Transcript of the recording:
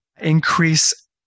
increase